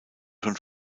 schon